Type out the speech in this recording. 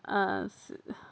ஆ ஆ